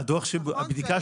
אתה צודק,